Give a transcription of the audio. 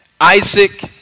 Isaac